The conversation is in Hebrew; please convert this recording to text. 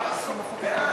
בעד,